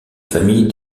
famille